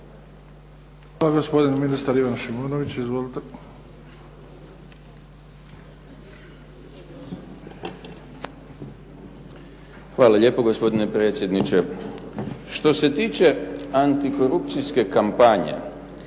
Hvala. Gospodin ministar Ivan Šimonović. Izvolite. **Šimonović, Ivan** Hvala lijepa gospodine predsjedniče. Što se tiče, antikorupcijske kampanje,